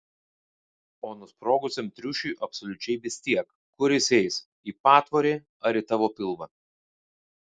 o nusprogusiam triušiui absoliučiai vis tiek kur jis eis į patvorį ar į tavo pilvą